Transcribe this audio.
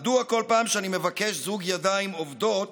מדוע כל פעם שאני מבקש זוג ידיים עובדות